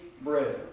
Brethren